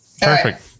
Perfect